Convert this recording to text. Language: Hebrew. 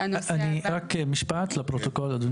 רק משפט לפרוטוקול.